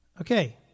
Okay